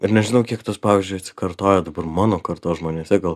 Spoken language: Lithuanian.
ir nežinau kiek tas pavyzdžiui atsikartoja dabar mano kartos žmonėse gal